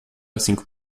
cinco